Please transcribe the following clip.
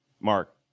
Mark